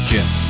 Jim